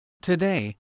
Today